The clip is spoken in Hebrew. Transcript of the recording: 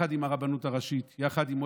יחד עם הרבנות הראשית,